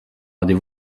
rendez